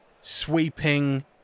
sweeping